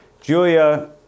Julia